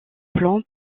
plan